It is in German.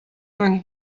lange